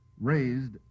raised